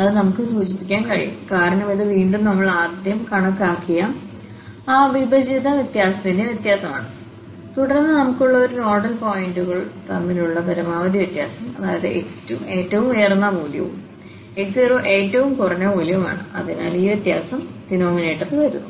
അത് നമുക്ക് സൂചിപ്പിക്കാൻ കഴിയും കാരണം ഇത് വീണ്ടും നമ്മൾ ആദ്യം കണക്കാക്കിയ ആ വിഭജിത വ്യത്യാസത്തിന്റെ വ്യത്യാസമാണ് തുടർന്ന് നമുക്കുള്ള ഈ നോഡൽ പോയിന്റുകൾ തമ്മിലുള്ള പരമാവധി വ്യത്യാസം അതിനാൽx2 ഏറ്റവും ഉയർന്ന മൂല്യവും x0ഏറ്റവും കുറഞ്ഞ മൂല്യവുമാണ് അതിനാൽ ആ വ്യത്യാസം ഡിനോമിനേറ്ററിൽ വരുന്നു